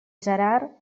gerard